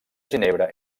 ginebra